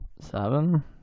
Seven